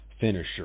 finisher